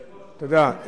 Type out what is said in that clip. תודה.